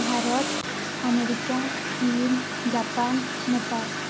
Bharat America ଚୀନ୍ Japan Nepal